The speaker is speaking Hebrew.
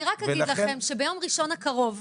אני רק אגיד לכם שביום ראשון הקרוב,